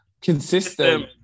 consistent